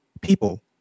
people